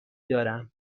دارم